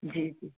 जी जी